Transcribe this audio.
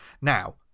Now